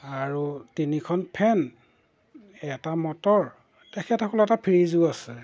আৰু তিনিখন ফেন এটা মটৰ তেখেতসকলৰ এটা ফ্ৰীজো আছে